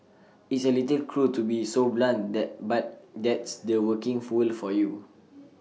it's A little cruel to be so blunt that but that's the working fold for you